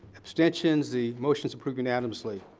abstentions. the motion's approved unanimously.